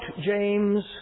James